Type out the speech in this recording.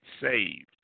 saved